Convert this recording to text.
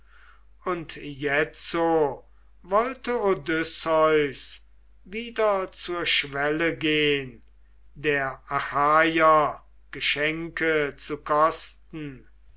und jetzo wollte odysseus wieder zur schwelle gehn der achaier geschenke zu kosten